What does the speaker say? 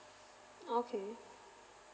okay